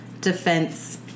defense